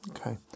Okay